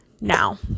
now